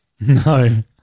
No